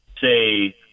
say